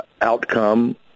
outcome